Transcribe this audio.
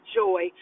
joy